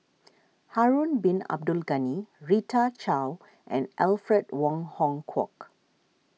Harun Bin Abdul Ghani Rita Chao and Alfred Wong Hong Kwok